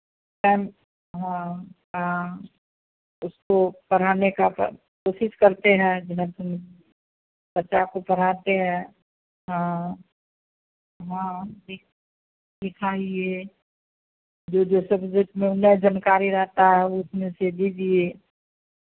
time हाँ हाँ उसको पढ़ाने का सब कोशिश करते हैं पूरा समय बच्चा को पढ़ाते हैं हाँ हाँ सि सिखाइए जो जो सब जिसमें नहीं जानकारी रहता है उसमें से दीजिए